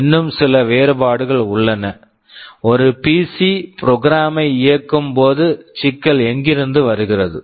இன்னும் சில வேறுபாடுகள் உள்ளன ஒரு பிசி pc ப்ரோக்ராம் program ஐ இயக்கும் போது சிக்கல் எங்கிருந்து வருகிறது